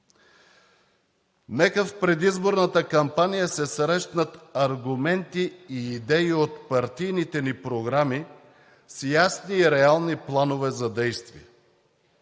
Нека в предизборната кампания се срещнат аргументи и идеи от партийните ни програми с ясни и реални планове за действие!